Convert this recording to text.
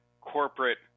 corporate